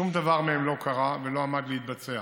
שום דבר מהם לא קרה ולא עמד להתבצע.